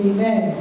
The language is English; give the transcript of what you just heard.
Amen